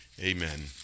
amen